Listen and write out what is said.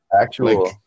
actual